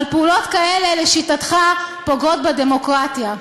אבל פעולות כאלה, לשיטתך, פוגעות בדמוקרטיה.